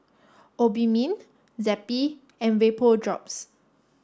Obimin Zappy and Vapodrops